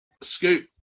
Scoop